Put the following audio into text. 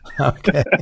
okay